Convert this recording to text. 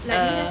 err